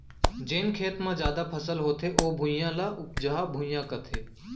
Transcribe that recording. जेन खेत म जादा फसल होथे ओ भुइयां, ल उपजहा भुइयां कथें